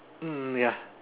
mm ya